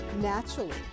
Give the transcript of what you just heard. naturally